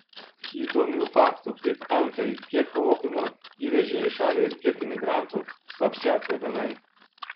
įdomių faktų kaip antai kiek opiumo įvežei į šalį ir kiek imigrantų slapčia atgabenai